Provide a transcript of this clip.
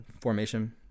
formation